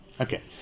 Okay